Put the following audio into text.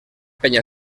penya